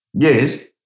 Yes